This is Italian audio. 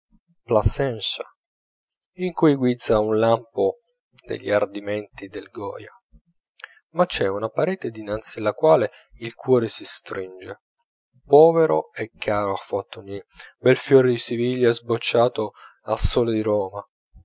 plasencia in cui guizza un lampo degli ardimenti del goya ma c'è una parete dinanzi alla quale il cuore si stringe povero e caro fortuny bel fiore di siviglia sbocciato al sole di roma